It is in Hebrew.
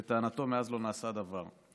לטענתו, מאז לא נעשה דבר.